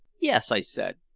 yes, i said,